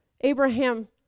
Abraham